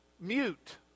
mute